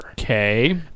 okay